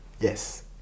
Yes